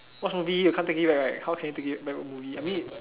watch movie you can't take it back right how can you take it back a movie I mean